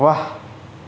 वाह